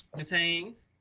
ms. haynes.